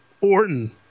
Orton